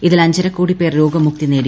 ഇതിൽ അഞ്ചരക്കോടി പേർ രോഗമുക്തി നേടി